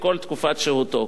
כל תקופת שהותו.